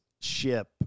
ship